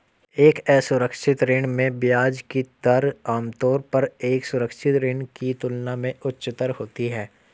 एक असुरक्षित ऋण में ब्याज की दर आमतौर पर एक सुरक्षित ऋण की तुलना में उच्चतर होती है?